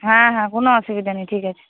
হ্যাঁ হ্যাঁ কোনো অসুবিধা নেই ঠিক আছে